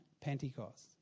Pentecost